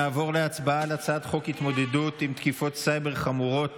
נעבור להצבעה על הצעת חוק התמודדות עם תקיפות סייבר חמורות